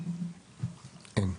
אין.